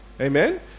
Amen